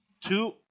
two